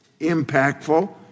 impactful